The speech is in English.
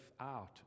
out